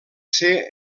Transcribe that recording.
ser